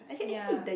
ya